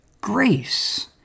grace